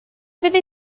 fyddi